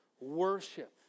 worship